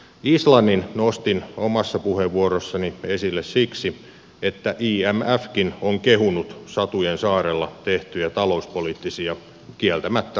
islannin nostin omassa puheenvuorossani esille siksi että imfkin on kehunut satujen saarella tehtyjä talouspoliittisia kieltämättä radikaaleja ratkaisuja